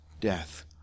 death